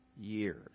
years